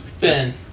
Ben